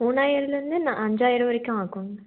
அஞ்சாயிரம்லருந்து அஞ்சாயிரம் வரைக்கும் ஆகும்